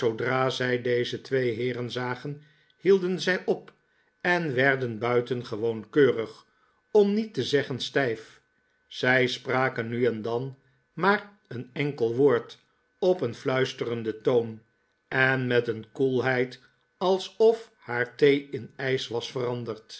zoodra zij deze twee heeren zagen hielden zij op en werden buitengewoon keurig om niet te zeggen stijf zij spraken nu en dan maar een enkel woord op een fluisterenden toon en met een koelheid alsof haar thee in ijs was veranderd